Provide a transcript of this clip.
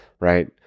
right